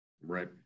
Right